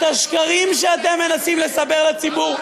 את השקרים שאתם מנסים לספר לציבור,